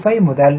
25 முதல் 0